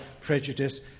prejudice